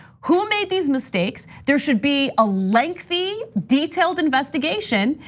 who made these mistakes? there should be a lengthy detailed investigation.